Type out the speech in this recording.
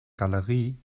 galerie